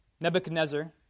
Nebuchadnezzar